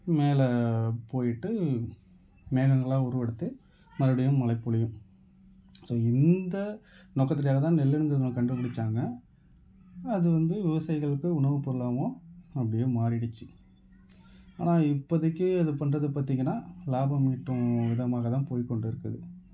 மேலே போயிட்டு மேகங்களாக உருவெடுத்து மறுபடியும் மழை பொழியும் ஸோ இந்த நோக்கத்தக்கை தான் நெல்லுன்ற ஒன்று கண்டுபிடிச்சாங்க அது வந்து விவசாயிகளுக்கு உணவு பொருளாகவும் அப்படியே மாறிடிச்சு ஆனால் இப்போதிக்கு அது பண்ணுறது பார்த்திங்ன்னா லாபம் ஈட்டும் விதமாக தான் போய் கொண்டு இருக்குது